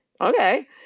Okay